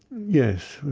yes,